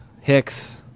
Hicks